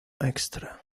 extra